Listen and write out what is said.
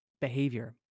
behavior